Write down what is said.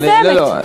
אני מסיימת.